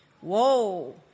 Whoa